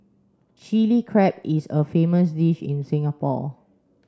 Chilli Crab is a famous dish in Singapore